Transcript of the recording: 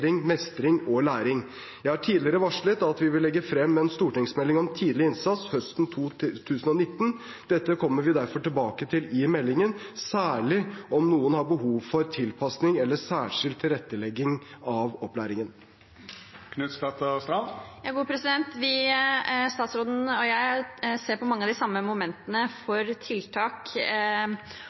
mestring og læring. Jeg har tidligere varslet at vi vil legge frem en stortingsmelding om tidlig innsats høsten 2019. Dette kommer vi derfor tilbake til i meldingen, særlig om noen har behov for tilpasning eller særskilt tilrettelegging av opplæringen. Statsråden og jeg ser på mange av de samme momentene for tiltak.